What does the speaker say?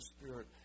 Spirit